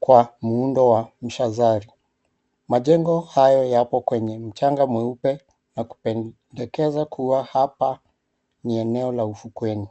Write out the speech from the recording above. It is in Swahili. kwa muundo wa mshazari. Majengo hayo yapo kwenye mchanga mweupe na kupendekeza kuwa hapa ni eneo la ufukweni.